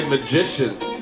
Magicians